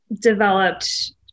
developed